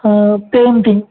painting